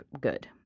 good